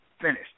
finished